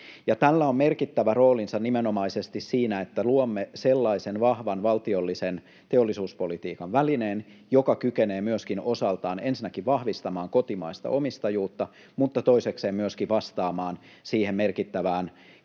Tällä on merkittävä roolinsa nimenomaisesti siinä, että luomme sellaisen vahvan valtiollisen teollisuuspolitiikan välineen, joka kykenee osaltaan ensinnäkin vahvistamaan kotimaista omistajuutta mutta toisekseen myöskin vastaamaan siihen merkittävään